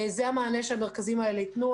זה המענה שהמרכזים האלה ייתנו.